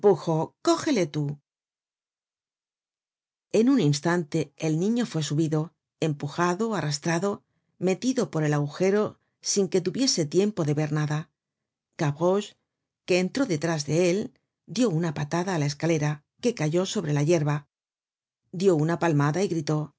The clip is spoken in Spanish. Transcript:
cógele tú en un instante el niño fue subido empujado arrastrado metido por el agujero sin que tuviese tiempo de ver nada gavroche que entró detrás de él dió una patada á la escalera que cayó sobre la yerba dióuna palmada y gritó